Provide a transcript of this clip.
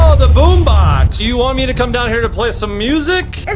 ah the boombox. you want me to come down here to play some music?